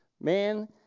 Man